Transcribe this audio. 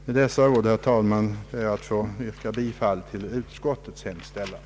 Med dessa ord, herr talman, ber jag att få yrka bifall till utskottets hemställan.